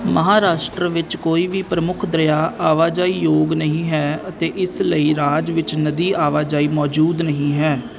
ਮਹਾਰਾਸ਼ਟਰ ਵਿੱਚ ਕੋਈ ਵੀ ਪ੍ਰਮੁੱਖ ਦਰਿਆ ਆਵਾਜਾਈ ਯੋਗ ਨਹੀਂ ਹੈ ਅਤੇ ਇਸ ਲਈ ਰਾਜ ਵਿੱਚ ਨਦੀ ਆਵਾਜਾਈ ਮੌਜੂਦ ਨਹੀਂ ਹੈ